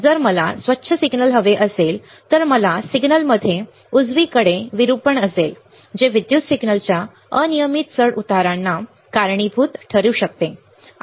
जर मला स्वच्छ सिग्नल हवे असेल तर मला सिग्नलमध्ये उजवीकडे विरूपण असेल जे विद्युत सिग्नलच्या अनियमित चढउतारांना कारणीभूत ठरू शकते